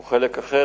שהוא חלק אחר.